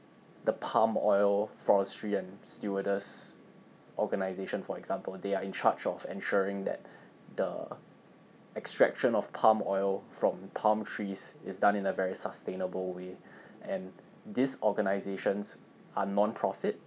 the palm oil forestry and organisation for example they are in charge of ensuring that the extraction of palm oil from palm trees is done in a very sustainable way and these organisations are nonprofit